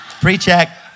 Pre-check